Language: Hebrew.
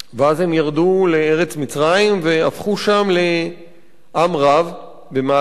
ואז הם ירדו לארץ מצרים והפכו שם לעם רב במהלך השנים.